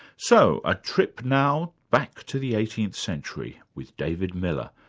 so, a trip now back to the eighteenth century with david miller,